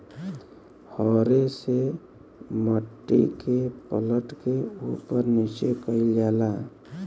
हरे से मट्टी के पलट के उपर नीचे कइल जाला